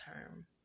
term